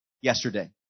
yesterday